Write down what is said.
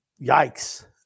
yikes